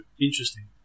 interesting